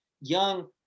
young